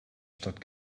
stadt